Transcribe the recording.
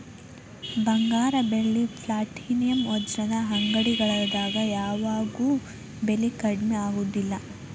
ಬಂಗಾರ ಬೆಳ್ಳಿ ಪ್ಲಾಟಿನಂ ವಜ್ರದ ಅಂಗಡಿಗಳದ್ ಯಾವಾಗೂ ಬೆಲಿ ಕಡ್ಮಿ ಆಗುದಿಲ್ಲ